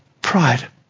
pride